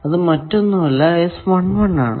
അത് മറ്റൊന്നും അല്ല ആണ്